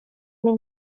min